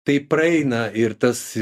tai praeina ir tas